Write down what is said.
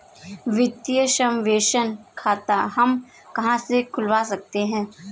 वित्तीय समावेशन खाता हम कहां से खुलवा सकते हैं?